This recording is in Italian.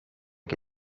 che